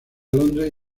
londres